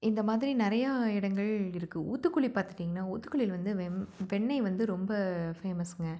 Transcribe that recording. இந்த மாதிரி நிறையா இடங்கள் இருக்குது ஊத்துக்குளி பார்த்துட்டீங்கன்னா ஊத்துக்குளியில் வந்து வெண் வெண்ணெய் வந்து ரொம்ப ஃபேமஸ்ங்க